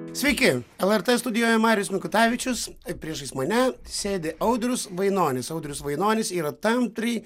sveiki lrt studijoje marijus mikutavičius priešais mane sėdi audrius vainonis audrius vainonis yra tampriai